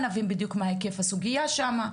ונבין בדיוק מה היקף הסוגיה שם.